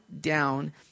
down